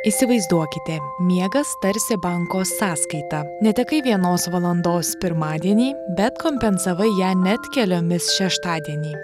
įsivaizduokite miegas tarsi banko sąskaita netekai vienos valandos pirmadienį bet kompensavai ją net keliomis šeštadienį